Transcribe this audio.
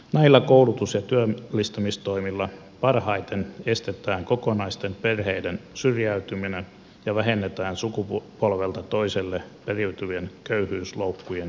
näillä koulutus ja työllistämistoimilla parhaiten estetään kokonaisten perheiden syrjäytyminen ja vähennetään sukupolvelta toiselle periytyvien köyhyysloukkujen syntymistä